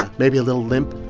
maybe a little limp,